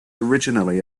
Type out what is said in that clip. originally